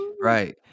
right